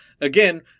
again